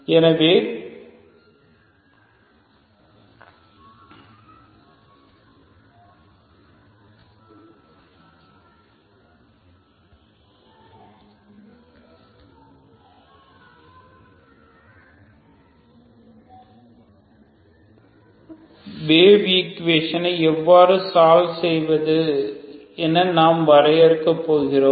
எனவே wave equation எவ்வாறு solve செய்வது என நாம் வரையறுக்கப் போகிறோம்